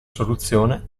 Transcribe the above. soluzione